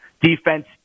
defense